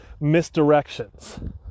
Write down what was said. misdirections